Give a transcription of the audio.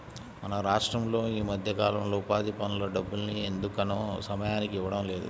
మన రాష్టంలో ఈ మధ్యకాలంలో ఉపాధి పనుల డబ్బుల్ని ఎందుకనో సమయానికి ఇవ్వడం లేదు